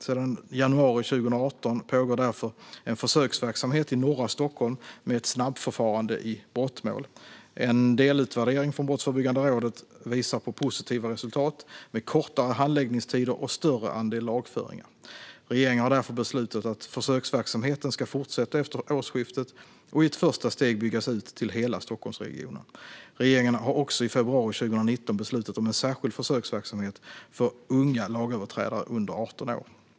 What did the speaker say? Sedan januari 2018 pågår därför en försöksverksamhet i norra Stockholm med ett snabbförfarande i brottmål. En delutvärdering från Brottsförebyggande rådet visar på positiva resultat, med kortare handläggningstider och större andel lagföringar. Regeringen har därför beslutat att försöksverksamheten ska fortsätta efter årsskiftet och i ett första steg byggas ut till hela Stockholmsregionen. Regeringen har också i februari 2019 beslutat om en särskild försöksverksamhet för unga lagöverträdare under 18 år.